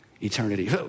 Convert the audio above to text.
eternity